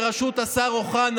2020 זה משהו אחר.